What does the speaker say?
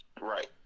right